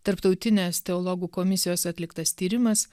tarptautinės teologų komisijos atliktas tyrimas